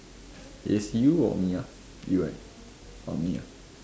is you or me you right or me